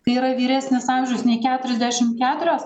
kai yra vyresnis amžius nei keturiasdešimt keturios